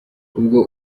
ubwo